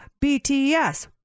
BTS